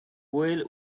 well